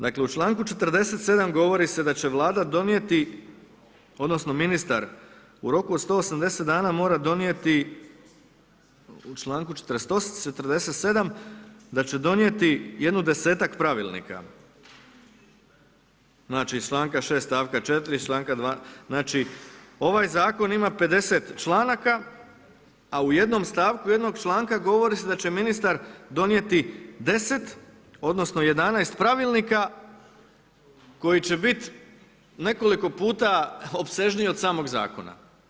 Dakle u članku 47. govori se da će vlada donijeti, odnosno ministar u roku od 180 dana mora donijeti u članku 47. da će donijeti jedno desetak pravilnika, znači iz članka 6. stavka 4. znači ovaj zakon ima 50 članaka, a u jednom stavku jednog članka govori se da će ministar donijeti 10, odnosno 11 pravilnika koji će biti nekoliko puta opsežniji od samog zakona.